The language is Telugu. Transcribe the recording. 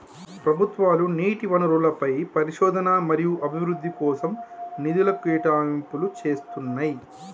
ప్రభుత్వాలు నీటి వనరులపై పరిశోధన మరియు అభివృద్ధి కోసం నిధుల కేటాయింపులు చేస్తున్నయ్యి